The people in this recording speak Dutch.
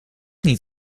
niet